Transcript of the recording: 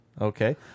Okay